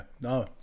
No